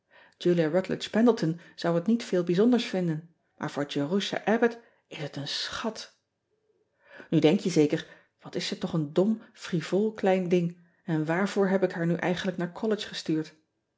ulia utledge endleton zou het niet veel bijzonders vinden maar voor erusha bbott is het een schat n denk je zeker wat is ze toch een dom frivool klein ding en waarvoor heb ik baar nu eigenlijk naar ollege gestuurd